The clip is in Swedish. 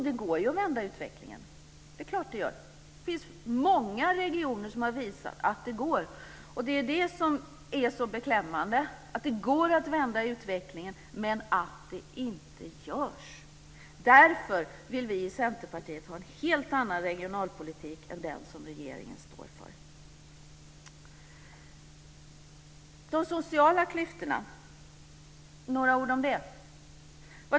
Det går ju att vända utvecklingen. Det är klart att det gör. Det finns många regioner som har visat att det går, och det är det som är så beklämmande att det går att vända utvecklingen men att det inte görs. Därför vill vi i Centerpartiet ha en helt annan regionalpolitik än den som regeringen står för. Jag ska säga några ord om de sociala klyftorna.